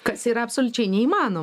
kas yra absoliučiai neįmanom